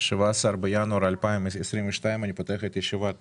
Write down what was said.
17 בינואר 2022. אני פותח את ישיבת